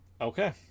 okay